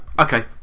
okay